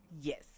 Yes